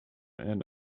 and